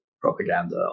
propaganda